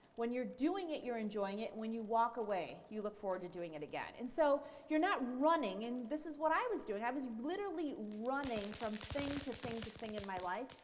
when you're doing it you're enjoying it, and when you walk away you look forward to doing it again. and so you're not running, and this is what i was doing. i was literally running from thing to thing to thing in my life,